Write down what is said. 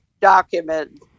document